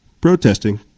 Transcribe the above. protesting